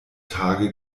tage